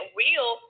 real